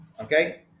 okay